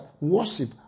worship